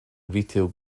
retail